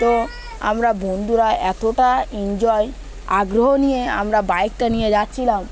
তো আমরা বন্ধুরা এতটা এনজয় আগ্রহ নিয়ে আমরা বাইকটা নিয়ে যাচ্ছিলাম